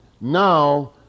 now